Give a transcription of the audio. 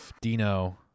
Dino